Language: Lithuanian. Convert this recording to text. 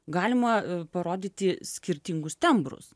galima parodyti skirtingus tembrus